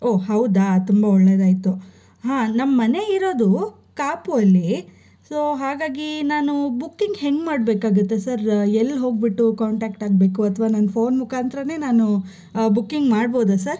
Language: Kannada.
ಓ ಹೌದಾ ತುಂಬ ಒಳ್ಳೆಯದಾಯ್ತು ಹಾಂ ನಮ್ಮ ಮನೆ ಇರೋದು ಕಾಪು ಅಲ್ಲಿ ಸೊ ಹಾಗಾಗಿ ನಾನು ಬುಕಿಂಗ್ ಹೇಗೆ ಮಾಡಬೇಕಾಗತ್ತೆ ಸರ್ ಎಲ್ಲಿ ಹೋಗಿಬಿಟ್ಟು ಕಾಂಟ್ಯಾಕ್ಟ್ ಆಗಬೇಕು ಅಥವಾ ನನ್ನ ಫೋನ್ ಮುಖಾಂತರನೇ ನಾನು ಬುಕಿಂಗ್ ಮಾಡ್ಭೌದಾ ಸರ್